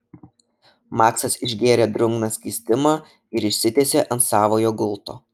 maksas išgėrė drungną skystimą ir išsitiesė ant savojo gulto